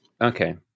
Okay